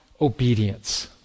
obedience